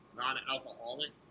non-alcoholic